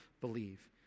believe